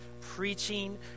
preaching